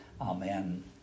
Amen